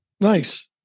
Nice